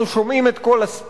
אנחנו שומעים את כל הספינים,